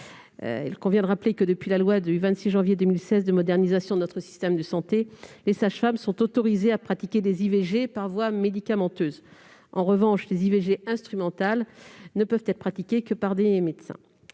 Il convient de rappeler que, depuis la loi du 26 janvier 2016 de modernisation de notre système de santé, les sages-femmes sont autorisées à pratiquer des IVG par voie médicamenteuse. En revanche, les IVG instrumentales ne peuvent être réalisées que par des médecins.